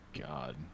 god